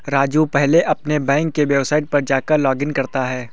राजू पहले अपने बैंक के वेबसाइट पर जाकर लॉगइन करता है